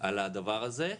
על הדבר הזה.